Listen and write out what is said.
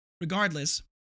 Regardless